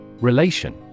Relation